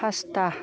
फासथा